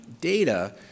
data